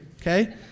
okay